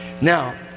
Now